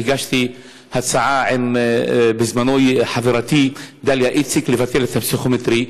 והגשתי הצעה בזמנו עם חברתי דליה איציק לבטל את הפסיכומטרי.